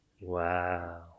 Wow